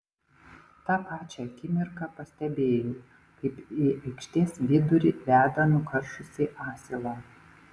tą pačią akimirką pastebėjau kaip į aikštės vidurį veda nukaršusį asilą